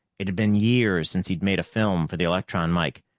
it had been years since he'd made a film for the electron mike,